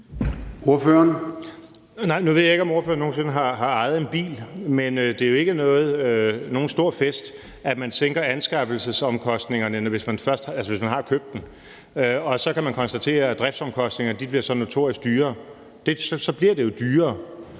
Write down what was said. Nu ved jeg ikke, om ordføreren nogen sinde har ejet en bil, men det er jo ikke nogen stor fest, at anskaffelsesomkostningerne sænkes, hvis man har købt den, og så kan man konstatere, at driftsomkostningerne bliver notorisk dyrere. Så bliver det jo dyrere.